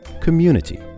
community